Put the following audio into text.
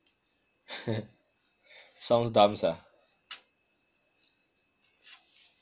sounds dumb sia